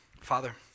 Father